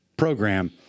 program